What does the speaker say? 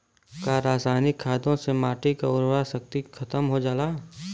का रसायनिक खादों से माटी क उर्वरा शक्ति खतम हो जाला?